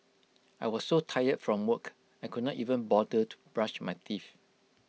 I was so tired from work I could not even bother to brush my teeth